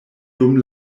dum